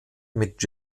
mit